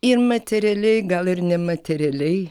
ir materialiai gal ir nematerialiai